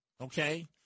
okay